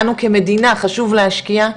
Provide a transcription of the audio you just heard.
לנו כמדינה חשוב להשקיע,